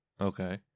Okay